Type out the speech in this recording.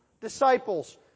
disciples